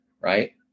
right